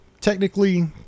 technically